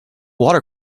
water